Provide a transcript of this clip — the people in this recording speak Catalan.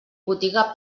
botiga